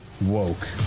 woke